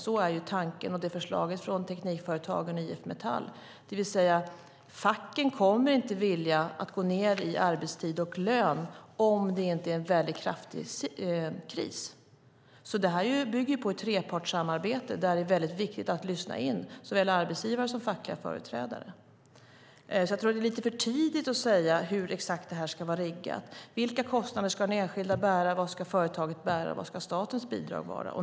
Så är tanken, och så ser förslaget från Teknikföretagen och IF Metall ut. Facken kommer inte vilja gå ned i arbetstid och lön om det inte är en kraftig kris. Det här bygger på ett trepartssamarbete där det är viktigt att lyssna in såväl arbetsgivare som fackliga företrädare. Jag tror att det är lite för tidigt att säga exakt hur det här ska riggas. Vilka kostnader ska den enskilde bära, vad ska företaget bära och vad ska statens bidrag vara?